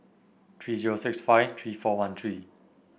three zero six five three four one three